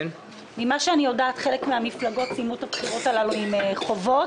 ממה שאני יודעת חלק מהמפלגות סיימו את הבחירות האחרונות עם חובות,